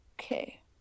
Okay